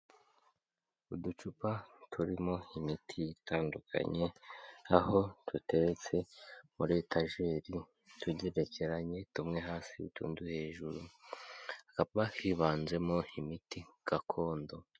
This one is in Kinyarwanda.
Uducupa turimo imiti itandukanye, aho duteretse muri etajeri tugerekeranye, tumwe hasi utundi hejuru, hakaba hibanzemo imiti gakondo.